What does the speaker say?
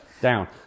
down